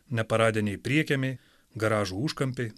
neparadiniai priekiemiai garažų užkampiai